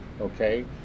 Okay